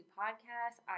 podcasts